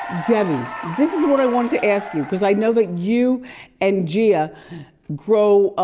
debi, this is what i wanted to ask you, cause i know that you and jia grow